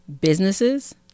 businesses